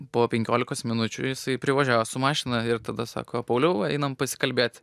po penkiolikos minučių jisai privažiavo su mašina ir tada sako pauliau einam pasikalbėt